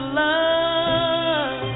love